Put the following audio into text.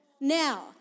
now